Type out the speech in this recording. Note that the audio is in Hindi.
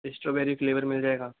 इस्टोबेरी फ्लेवर मिल जाएगा